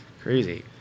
Crazy